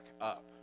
up